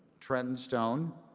trenton stone,